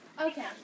Okay